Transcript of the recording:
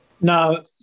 No